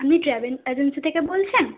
আপনি travel agency থেকে বলছেন